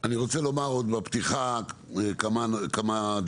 אני רוצה לומר בפתיחה עוד כמה דברים.